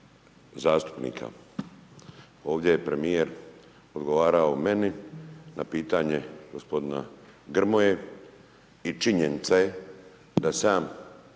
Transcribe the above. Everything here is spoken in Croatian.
zastupnika. Ovdje je premjer odgovarao meni, na pitanje gospodina Grmoje i činjenica je da